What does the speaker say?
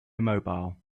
immobile